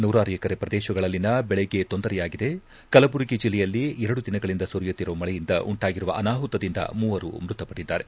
ನೂರಾರು ಎಕರೆ ಪ್ರದೇಶದಲ್ಲಿನ ಬೆಳೆಗೆ ತೊಂದರೆಯಾಗಿದೆ ಕಲಬುರಗಿ ಜಿಲ್ಲೆಯಲ್ಲಿ ಎರಡು ದಿನಗಳಿಂದ ಸುರಿಯುತ್ತಿರುವ ಮಳೆಯಿಂದ ಉಂಟಾಗಿರುವ ಅನಾಹುತದಿಂದ ಮೂವರು ಮೃತಪಟ್ಟಿದ್ದಾರೆ